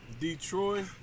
Detroit